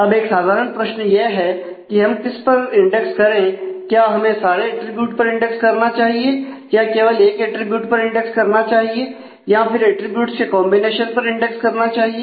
अब एक साधारण प्रश्न यह है कि हम किस पर इंडेक्स करें क्या हमें सारे अट्रिब्यूट पर इंडेक्स करना चाहिए या केवल एक अटरीब्यूट पर इंडेक्स करना चाहिए या फिर अटरीब्यूट्स के कॉन्बिनेशन पर इंडेक्स करना चाहिए